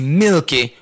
milky